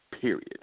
period